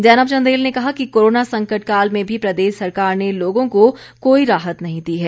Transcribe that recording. जैनब चंदेल ने कहा कि कोरोना संकट काल में भी प्रदेश सरकार ने लोगों को कोई राहत नहीं दी हैं